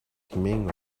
хэмээн